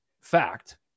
fact